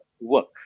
work